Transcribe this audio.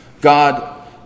God